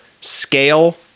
scale